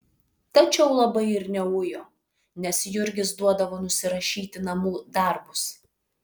tačiau labai ir neujo nes jurgis duodavo nusirašyti namų darbus